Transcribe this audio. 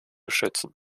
schützen